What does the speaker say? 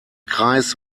kreis